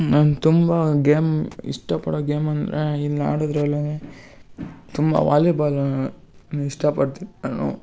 ನಾನು ತುಂಬ ಗೇಮ್ ಇಷ್ಟಪಡೋ ಗೇಮ್ ಅಂದರೆ ಇಲ್ಲಿ ಆಡೋದ್ರಲ್ಲೇ ತುಂಬ ವಾಲಿಬಾಲನ್ನ ಇಷ್ಟಪಡ್ತೀನಿ ನಾನು